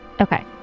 Okay